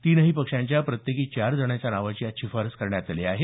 तिनही पक्षांच्या प्रत्येकी चार जणांच्या नावांची यात शिफारस करण्यात आली आहे